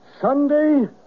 Sunday